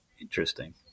Interesting